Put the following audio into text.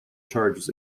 charges